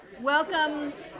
Welcome